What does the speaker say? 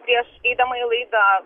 prieš eidama į laidą